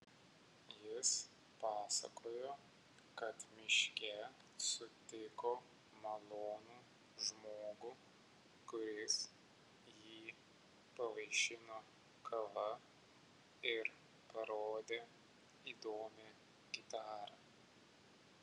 jis pasakojo kad miške sutiko malonų žmogų kuris jį pavaišino kava ir parodė įdomią gitarą